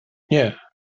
nie